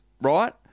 right